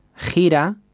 gira